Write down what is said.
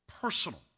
personal